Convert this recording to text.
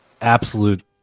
absolute